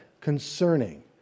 concerning